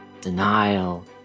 Denial